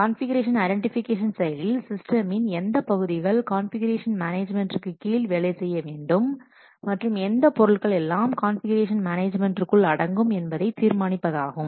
configuration identification செயலில் சிஸ்டமின் எந்த பகுதிகள் கான்ஃபிகுரேஷன் மேனேஜ்மென்டிற்கு கீழ் வேலை செய்ய வேண்டும் மற்றும் எந்த பொருட்கள் எல்லாம் கான்ஃபிகுரேஷன் மேனேஜ்மென்டிற்குள் அடங்கும் என்பதை தீர்மானிப்பதாகும்